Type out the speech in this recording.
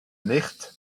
nicht